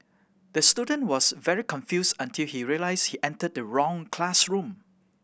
the student was very confused until he realised he entered the wrong classroom